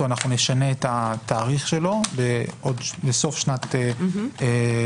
אנחנו נשנה את התאריך שלו לסוף שנת 2023,